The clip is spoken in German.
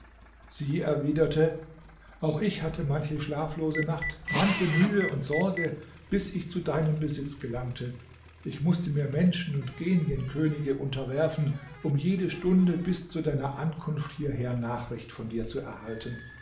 sie erwiderte auch ich hatte manche schlaflose nacht manche mühe und sorge bis ich zu deinem besitz gelangte ich mußte mir menschen und genienkönige unterwerfen um jede stunde bis zu deiner ankunft hierher nachricht von dir zu erhalten